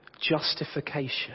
justification